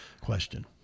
question